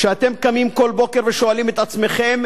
כשאתם קמים כל בוקר ושואלים את עצמכם